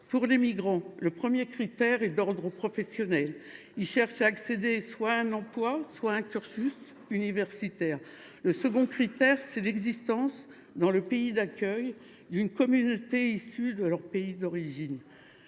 pour les migrants, le premier critère est d’ordre professionnel : ils cherchent à accéder soit à un emploi, soit à un cursus universitaire »;« Le second critère, c’est l’existence, dans le pays d’accueil, d’une communauté issue de leur pays d’origine.